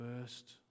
first